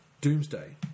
Doomsday